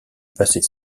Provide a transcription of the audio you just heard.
passer